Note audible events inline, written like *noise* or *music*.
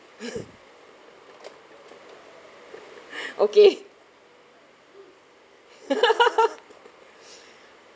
*breath* *breath* okay *laughs* *breath*